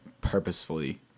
purposefully